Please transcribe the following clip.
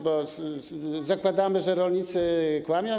Bo zakładamy, że rolnicy kłamią.